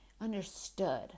understood